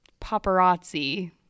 paparazzi